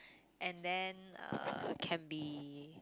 and then uh can be